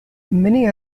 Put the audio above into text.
many